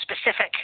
specific